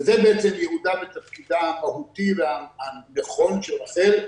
וזה בעצם ייעודה ותפקידה המהותי והנכון של רח"ל.